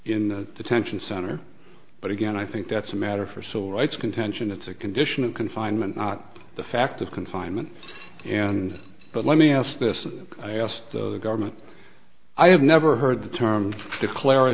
in the detention center but again i think that's a matter for civil rights contention it's a condition of confinement not the fact of confinement and but let me ask this i asked the government i have never heard the term declar